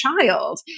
child